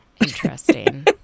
Interesting